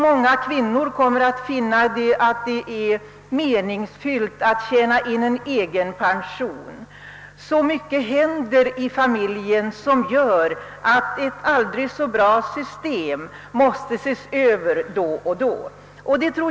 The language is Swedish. Många kvinnor kommer att finna att det är meningsfullt att tjäna in en egen pension, Ett aldrig så bra system måste ses över då och då.